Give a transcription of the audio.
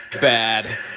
bad